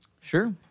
Sure